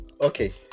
okay